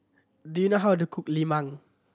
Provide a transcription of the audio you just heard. do you know how to cook lemang